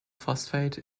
phosphate